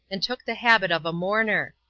and took the habit of a mourner,